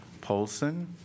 Polson